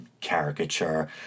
caricature